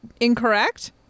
incorrect